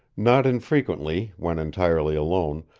not infrequently, when entirely alone,